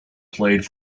played